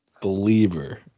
believer